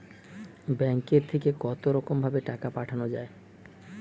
ব্যাঙ্কের থেকে কতরকম ভাবে টাকা পাঠানো য়ায়?